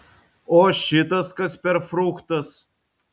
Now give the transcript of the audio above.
o šitas kas per fruktas